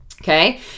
Okay